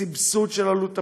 סבסוד של עלות הפיתוח,